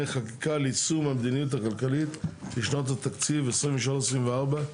חקיקה ליישום המדיניות הכלכלית לשנות התקציב 2023 ו-2024),